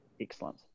Excellent